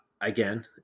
again